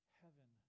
heaven